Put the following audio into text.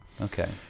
Okay